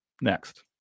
next